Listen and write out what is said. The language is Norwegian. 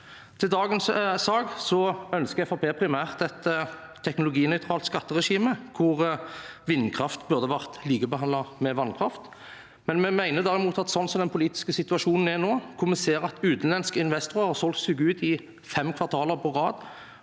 Til dagens sak ønsker Fremskrittspartiet primært et teknologinøytralt skatteregime der vindkraft burde vært likebehandlet med vannkraft, men vi mener at sånn som den politiske situasjonen er nå – hvor vi ser at utenlandske investorer har solgt seg ut i fem kvartaler på rad,